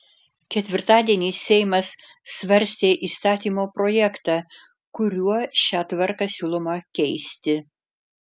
ketvirtadienį seimas svarstė įstatymo projektą kuriuo šią tvarką siūloma keisti